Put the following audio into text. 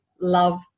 love